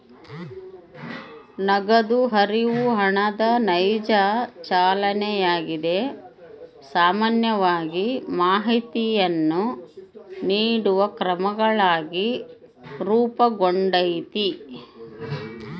ನಗದು ಹರಿವು ಹಣದ ನೈಜ ಚಲನೆಯಾಗಿದೆ ಸಾಮಾನ್ಯವಾಗಿ ಮಾಹಿತಿಯನ್ನು ನೀಡುವ ಕ್ರಮಗಳಾಗಿ ರೂಪುಗೊಂಡೈತಿ